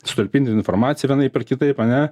sutalpinti informaciją vienaip ar kitaip ane